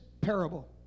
parable